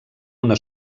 una